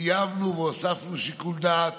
טייבנו והוספנו שיקול דעת